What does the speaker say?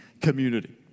community